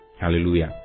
Hallelujah